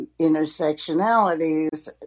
intersectionalities